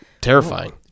Terrifying